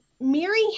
Mary